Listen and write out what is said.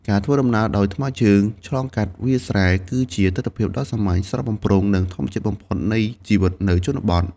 ការធ្វើដំណើរដោយថ្មើរជើងឆ្លងកាត់វាលស្រែ គឺជាទិដ្ឋភាពដ៏សាមញ្ញ ស្រស់បំព្រង និងធម្មជាតិបំផុតនៃជីវិតនៅជនបទ។